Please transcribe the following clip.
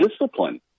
discipline